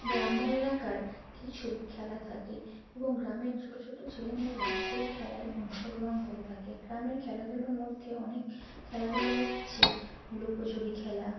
গ্রাম্য এলাকার কিছু খেলা থাকে এবং গ্রামের ছোটো ছোটো ছেলেমেয়েরা সেই খেলায় অংশগ্রহণ করে থাকে গ্রামের খেলাধুলোর মধ্যে অনেক খেলাগুলো হচ্ছে লুকোচুরি খেলা